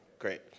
Great